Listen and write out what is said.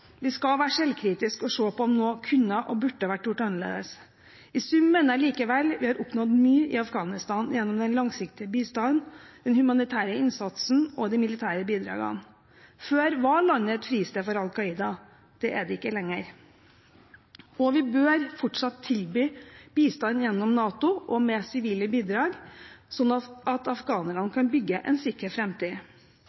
Vi skal være selvkritiske og se på om noe kunne og burde vært gjort annerledes. I sum mener jeg likevel vi har oppnådd mye i Afghanistan gjennom den langsiktige bistanden, den humanitære innsatsen og de militære bidragene. Før var landet et fristed for Al Qaida. Det er det ikke lenger. Vi bør fortsatt tilby bistand gjennom NATO og med sivile bidrag, slik at afghanerne